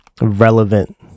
relevant